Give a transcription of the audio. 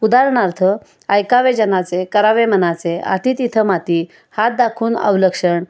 उदाहरणार्थ ऐकावे जनाचे करावे मनाचे अति तिथं माती हात दाखवून अवलक्षण